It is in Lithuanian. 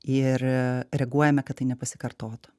ir reaguojame kad tai nepasikartotų